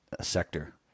sector